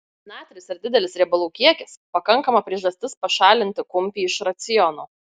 natris ir didelis riebalų kiekis pakankama priežastis pašalinti kumpį iš raciono